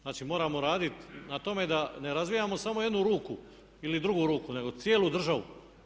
Znači, moramo raditi na tome da ne razvijamo samo jednu ruku ili drugu ruku nego cijelu državu.